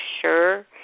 sure